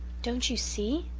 don't you see,